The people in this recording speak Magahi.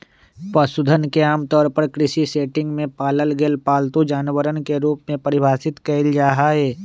पशुधन के आमतौर पर कृषि सेटिंग में पालल गेल पालतू जानवरवन के रूप में परिभाषित कइल जाहई